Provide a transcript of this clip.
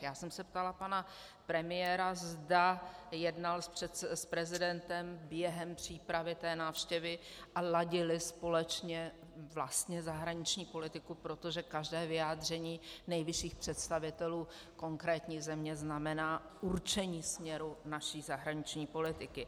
Ptala jsem se pana premiéra, zda jednal s prezidentem během přípravy té návštěvy a ladili společně zahraniční politiku, protože každé vyjádření nejvyšších představitelů konkrétní země znamená určení směru naší zahraniční politiky.